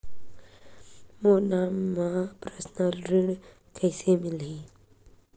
मोर नाम म परसनल ऋण कइसे मिलही?